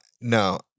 no